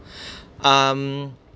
um